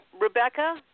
Rebecca